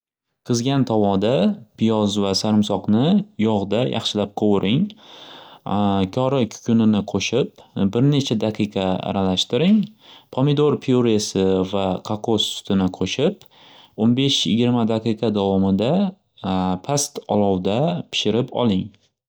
Qizigan tovada piyoz va sarimsoqni yog'da yaxshilab qoviring kori kukinini qo'shib bir necha daqiqa aralashtiring pomidor pyuresi va kakos sutini qo'shib o'n besh yigirma daqiqa davomida past olovda pishirib oling.